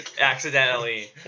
Accidentally